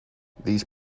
these